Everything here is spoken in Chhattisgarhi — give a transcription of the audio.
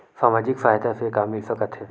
सामाजिक सहायता से का मिल सकत हे?